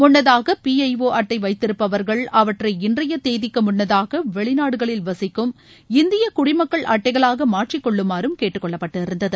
முன்னதாக P I O அட்டை வைத்திருப்பவர்கள் அவற்றை இன்றைய தேதிக்கு முன்னதாக வெளிநாடுகளில் இந்திய குடிமக்கள் மாற்றிக்கொள்ளுமாறு கேட்டுக்கொள்ளப்பட்டிருந்தது